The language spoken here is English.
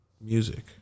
music